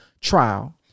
trial